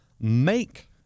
make